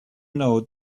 know